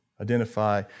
Identify